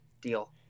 deal